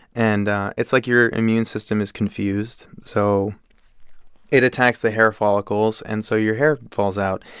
and it's like your immune system is confused. so it attacks the hair follicles, and so your hair falls out.